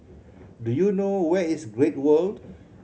do you know where is Great World